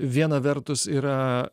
viena vertus yra